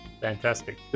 fantastic